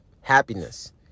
happiness